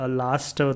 last